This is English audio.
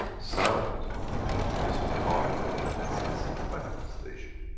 sound is part of the essence of manifestation.